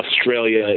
Australia